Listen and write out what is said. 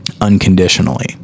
unconditionally